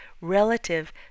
relative